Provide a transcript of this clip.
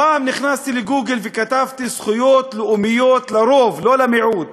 פעם נכנסתי לגוגל וכתבתי "זכויות לאומיות לרוב"; לא למיעוט.